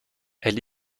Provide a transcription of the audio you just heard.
elle